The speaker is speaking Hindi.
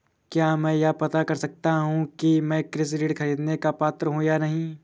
क्या मैं यह पता कर सकता हूँ कि मैं कृषि ऋण ख़रीदने का पात्र हूँ या नहीं?